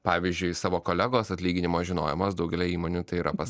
pavyzdžiui savo kolegos atlyginimo žinojimas daugelyje įmonių tai yra pas